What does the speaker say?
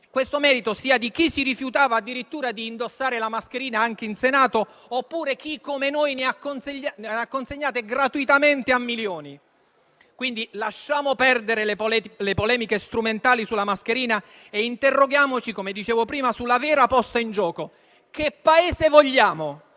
concittadini sia di chi si rifiutava addirittura di indossare la mascherina anche in Senato, oppure chi come noi ne ha consegnate gratuitamente a milioni. Lasciamo perdere, quindi, le polemiche strumentali sulla mascherina e interroghiamoci - come dicevo prima - sulla vera posta in gioco: che Paese vogliamo?